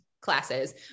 classes